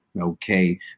okay